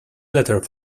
letter